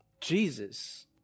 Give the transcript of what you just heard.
Jesus